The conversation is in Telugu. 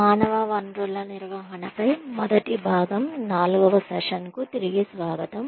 మానవ వనరుల నిర్వహణపై మొదటి భాగము నాల్గవ సెషన్కు తిరిగి స్వాగతం